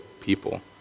people